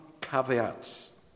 caveats